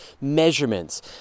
measurements